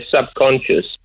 subconscious